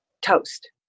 toast